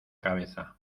cabeza